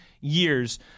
years